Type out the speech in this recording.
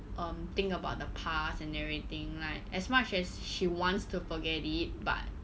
um think about the past and everything like as long as she has she wants to forget it but